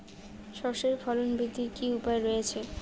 সর্ষের ফলন বৃদ্ধির কি উপায় রয়েছে?